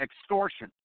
extortion